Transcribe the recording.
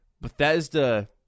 Bethesda